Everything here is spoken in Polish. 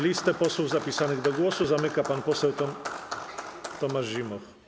Listę posłów zapisanych do głosu zamyka pan poseł Tomasz Zimoch.